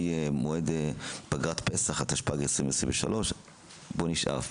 מועד פגרת פסח התשפ"ג 2023. בוא נשאף.